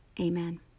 Amen